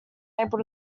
able